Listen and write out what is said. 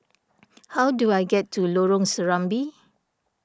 how do I get to Lorong Serambi